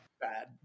bad